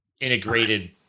integrated